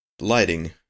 lighting